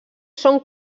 són